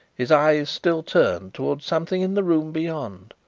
his eyes still turned towards something in the room beyond,